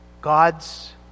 God's